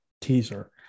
teaser